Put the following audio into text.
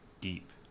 deep